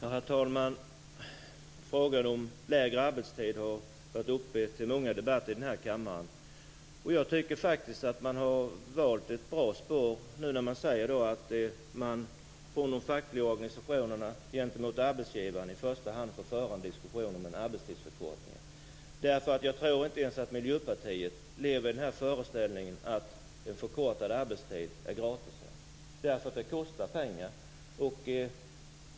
Herr talman! Frågan om lägre arbetstid har varit uppe till långa debatter här i kammaren. Jag tycker att man har valt ett bra spår från de fackliga organisationernas sida, i första hand gentemot arbetsgivaren, när det gäller att föra en diskussion om en arbetstidsförkortning. Jag tror att inte ens Miljöpartiet lever i den föreställningen att en arbetstidsförkortning är gratis. Den kostar pengar.